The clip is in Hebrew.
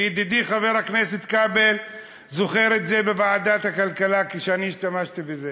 וידידי חבר הכנסת כבל זוכר את זה מוועדת הכלכלה כשאני השתמשתי בזה: